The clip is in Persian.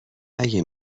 اگه